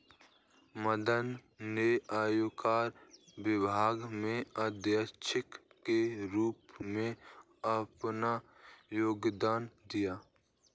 मदन ने आयकर विभाग में अधीक्षक के रूप में अपना योगदान दिया